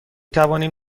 توانیم